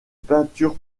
peinture